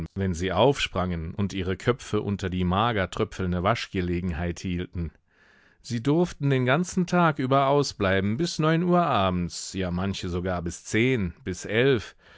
wenn sie aufsprangen und ihre köpfe unter die mager tröpfelnde waschgelegenheit hielten sie durften den ganzen tag über ausbleiben bis neun uhr abends ja manche sogar bis zehn bis elf